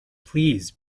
please